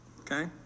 Okay